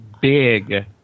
big